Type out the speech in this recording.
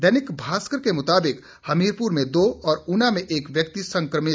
दैनिक भास्कर के मुताबिक हमीरपुर में दो और ऊना में एक व्यक्ति संक्रमित